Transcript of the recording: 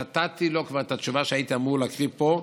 נתתי לו כבר את התשובה שהייתי אמור להקריא פה.